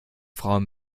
frauen